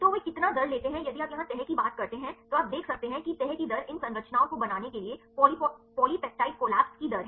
तो वे कितना दर लेते हैं यदि आप यहां तह की बात करते हैं तो आप देख सकते हैं कि तह की दर इन संरचनाओं को बनाने के लिए पॉलीपेप्टाइड कोलेप्स की दर है